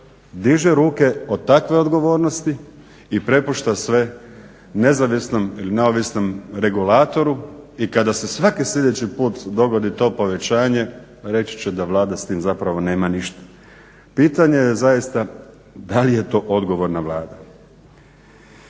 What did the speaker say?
diže ruke od takve odgovornosti i prepušta sve nezavisnom ili neovisnom regulatoru i kada se svaki sljedeći put dogodi to povećanje reći će da Vlada s tim nema zapravo ništa. Pitanje je zaista da li je to odgovorna Vlada?